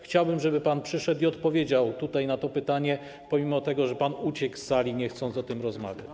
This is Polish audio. Chciałbym, żeby pan przyszedł i odpowiedział na to pytanie pomimo tego, że pan uciekł z sali, nie chciał o tym rozmawiać.